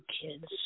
kids